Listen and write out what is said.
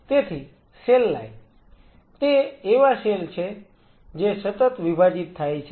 તેથી cell line તે એવા સેલ છે જે સતત વિભાજિત થાય છે